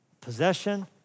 possession